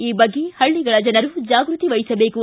ಈ ಬಗ್ಗೆ ಹಳ್ಳಿಗಳ ಜನರು ಜಾಗೃತಿ ವಹಿಸಬೇಕು